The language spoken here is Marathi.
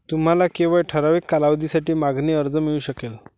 तुम्हाला केवळ ठराविक कालावधीसाठी मागणी कर्ज मिळू शकेल